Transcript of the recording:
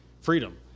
freedom